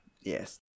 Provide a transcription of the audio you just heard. Yes